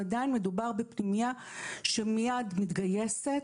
ועדיין מדובר בפנימייה שמיד מתגייסת